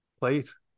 Please